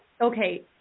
okay